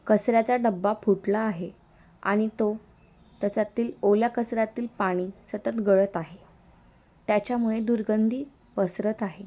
कचऱ्याचा डब्बा फुटला आहे आणि तो त्याच्यातील ओला कचऱ्यातील पाणी सतत गळत आहे त्याच्यामुळे दुर्गधी पसरत आहे